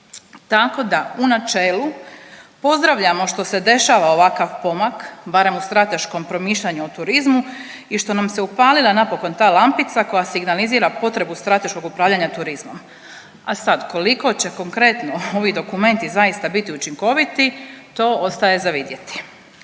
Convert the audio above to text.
Tako da, u načelu pozdravljamo što se dešava ovakav pomak, barem u strateškom promišljanju o turizmu i što nam se upalila napokon ta lampica koja signalizira potrebu strateškog upravljanja turizmom. A sad, koliko će konkretno ovi dokumenti zaista biti učinkoviti, to ostaje za vidjeti.